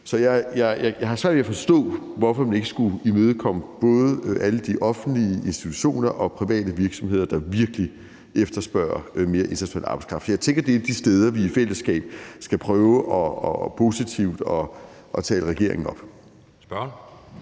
Så jeg har svært ved at forstå, hvorfor man ikke skulle imødekomme både alle de offentlige institutioner og private virksomheder, der virkelig efterspørger mere international arbejdskraft. Jeg tænker, at det er et af de steder, vi i fællesskab skal prøve at tale positivt op for regeringen.